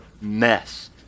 mess